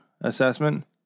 assessment